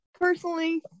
personally